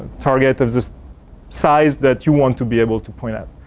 target of this size that you want to be able to point at.